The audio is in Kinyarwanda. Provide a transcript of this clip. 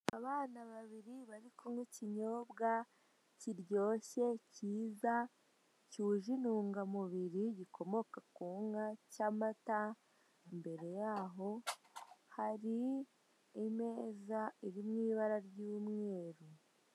Abana babiri bari kunywa ikinyobwa kiryoshye cyiza cyuje intungamubiri gikomoka ku inka cy'amata imbere yaho hari imeza irimo ibara ry'umweru